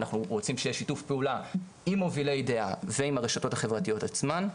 אנחנו רוצים שיהיה שיתוף פעולה עם מובילי דעה ועם הרשתות החברתיות עצמן,